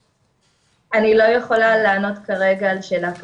--- אני לא יכולה לענות כרגע על שאלה כזאת.